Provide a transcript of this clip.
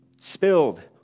Spilled